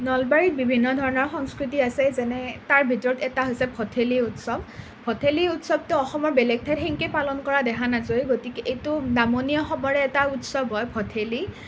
নলবাৰীত বিভিন্ন ধৰণৰ সংস্কৃতি আছে যেনে তাৰ ভিতৰত এটা আছে ভঠেলি উৎসৱ ভঠেলি উৎসৱটো অসমৰ বেলেগ ঠাইত সেনেকৈ পালন কৰা দেখা নাযায় গতিকে এইটো নামনি অসমৰে এট উৎসৱ হয় ভঠেলি